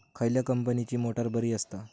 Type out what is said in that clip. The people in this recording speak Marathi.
खयल्या कंपनीची मोटार बरी असता?